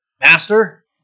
Master